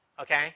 okay